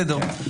בסדר.